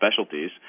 specialties